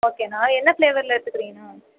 ஓகேண்ணா என்ன ஃபிளேவரில் எடுத்துக்குறீங்கண்ணா